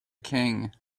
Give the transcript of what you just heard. king